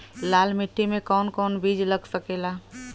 लाल मिट्टी में कौन कौन बीज लग सकेला?